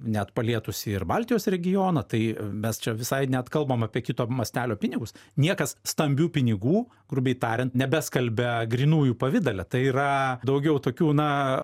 net palietusi ir baltijos regioną tai mes čia visai net kalbam apie kito mastelio pinigus niekas stambių pinigų grubiai tariant nebeskalbia grynųjų pavidale tai yra daugiau tokių na